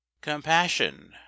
compassion